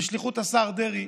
בשליחות השר דרעי,